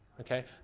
okay